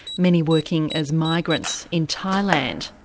many working as migrants in thailand.